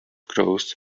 growth